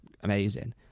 amazing